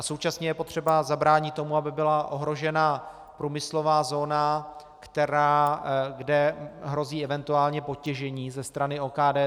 Současně je potřeba zabránit tomu, aby byla ohrožena průmyslová zóna, kde hrozí eventuálně podtěžení ze strany OKD.